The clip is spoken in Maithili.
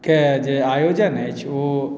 के जे आयोजन अछि ओ